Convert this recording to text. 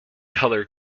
colour